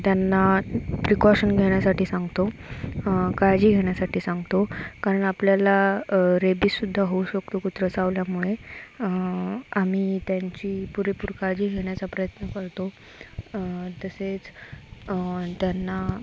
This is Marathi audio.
त्यांना प्रिकॉशन घेण्यासाठी सांगतो काळजी घेण्यासाठी सांगतो कारण आपल्याला रेबीजसुद्धा होऊ शकतो तो कुत्रा चावल्यामुळे आम्ही त्यांची पुरेपूर काळजी घेण्याचा प्रयत्न करतो तसेच त्यांना